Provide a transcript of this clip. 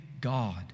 God